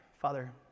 Father